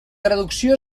traducció